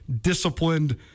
disciplined